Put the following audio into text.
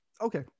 Okay